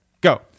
go